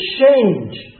change